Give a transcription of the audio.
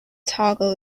toggle